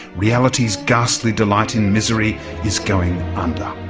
reality's ghastly delight in misery is going under.